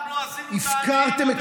אנחנו עשינו את העניים יותר עניים?